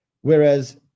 Whereas